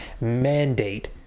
mandate